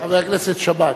חבר הכנסת שאמה,